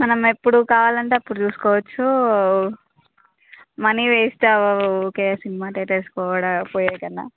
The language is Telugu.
మనం ఎప్పుడు కావాలంటే అప్పుడు చూసుకోవచ్చు మనీ వేస్ట్ అవ్వదు ఊరికే సినిమా థియేటర్స్కి పోవడం పోయేకన్నా